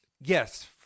yes